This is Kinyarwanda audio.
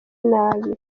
nabi